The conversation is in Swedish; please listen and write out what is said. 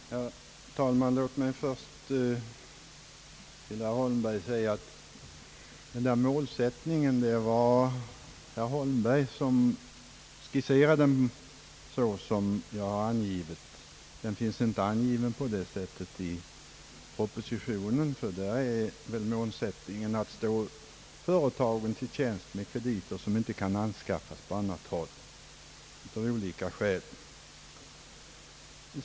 Herr talman! Låt mig först säga till herr Holmberg att det var han som skisserade målsättningen så som jag angav den — i propositionen anges den inte på det sättet, utan där är väl målsättningen att man skall stå företagen till tjänst med krediter som av olika skäl inte kan anskaffas på annat håll.